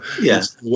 yes